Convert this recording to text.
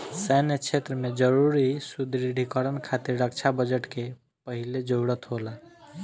सैन्य क्षेत्र में जरूरी सुदृढ़ीकरन खातिर रक्षा बजट के पहिले जरूरत होला